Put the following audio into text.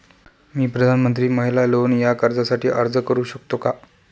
मी प्रधानमंत्री महिला लोन या कर्जासाठी अर्ज करू शकतो का?